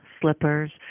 slippers